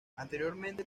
anteriormente